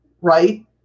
right